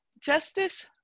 Justice